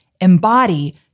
embody